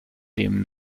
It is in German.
dem